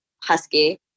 husky